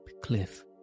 cliff